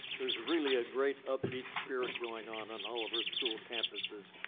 there's really a great upbeat spirit going on on all of our school campuses.